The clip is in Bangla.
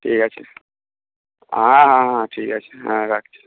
ঠিক আছে হ্যাঁ হ্যাঁ হ্যাঁ ঠিক আছে হ্যাঁ রাখছি